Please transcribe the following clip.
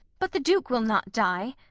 but the duke will not die,